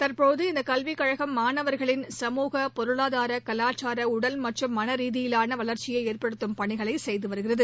தற்போது இந்த கல்விக் கழகம் மாணவர்களின் சமூக பொருளாதார கலாச்சார உடல் மற்றும் மன ரீதியான வளர்ச்சியை ஏற்படுத்தும் பணிகளை செய்து வருகிறது